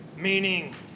Meaning